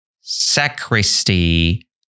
sacristy